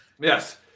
Yes